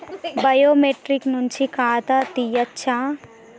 Biometric నుంచి ఖాతా తీయచ్చా?